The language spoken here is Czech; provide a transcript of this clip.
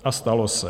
A stalo se.